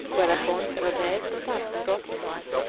whereupon rhodez got up and brought him one.